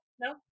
no